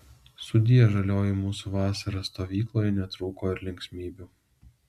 sudie žalioji mūsų vasara stovykloje netrūko ir linksmybių